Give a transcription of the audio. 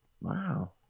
Wow